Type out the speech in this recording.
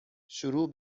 شروع